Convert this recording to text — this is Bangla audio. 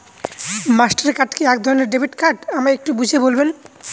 মাস্টার কার্ড কি একধরণের ডেবিট কার্ড আমায় একটু বুঝিয়ে বলবেন?